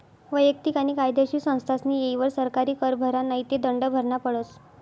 वैयक्तिक आणि कायदेशीर संस्थास्नी येयवर सरकारी कर भरा नै ते दंड भरना पडस